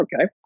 okay